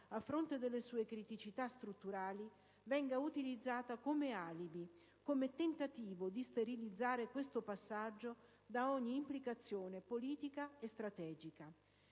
a fronte delle sue criticità strutturali, venga utilizzato come alibi e come tentativo di sterilizzare questo passaggio da ogni implicazione politica e strategica.